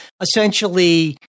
essentially